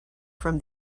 from